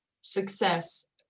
success